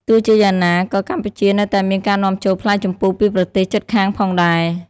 ទោះជាយ៉ាងណា ក៏កម្ពុជានៅតែមានការនាំចូលផ្លែជម្ពូពីប្រទេសជិតខាងផងដែរ។